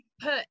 put